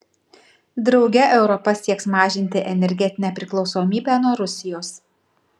drauge europa sieks mažinti energetinę priklausomybę nuo rusijos